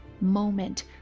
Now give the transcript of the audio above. moment